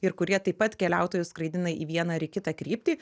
ir kurie taip pat keliautojus skraidina į vieną ar į kitą kryptį